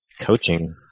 coaching